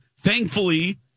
Thankfully